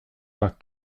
pas